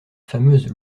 fameuse